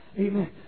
Amen